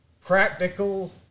practical